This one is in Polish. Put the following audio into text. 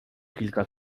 kilka